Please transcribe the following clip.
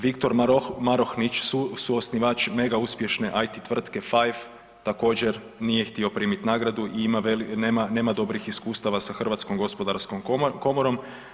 Viktor Marohnić, suosnivač mega uspješne IT tvrtke Five također nije htio primiti nagradu i nema dobrih iskustava sa Hrvatskom gospodarskom komorom.